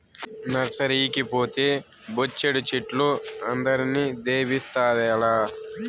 నర్సరీకి పోతే బొచ్చెడు చెట్లు అందరిని దేబిస్తావేల